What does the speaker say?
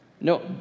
No